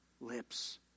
lips